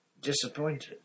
disappointed